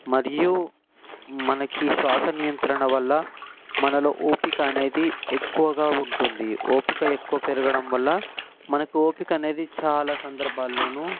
మరియు మనకి శ్వాస నియంత్రణ వల్ల మనలో ఓపిక అనేది ఎక్కువగా ఉంటుంది ఓపిక ఎక్కువ పెరగడం వల్ల మనకు ఓపిక అనేది చాలా సందర్భాల్లోనూ